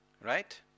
Right